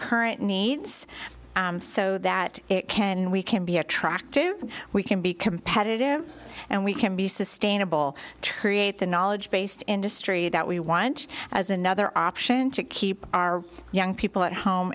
current needs so that it can we can be attractive we can be competitive and we can be sustainable terminate the knowledge based industry that we want as another option to keep our young people at home